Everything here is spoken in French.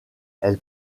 elle